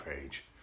page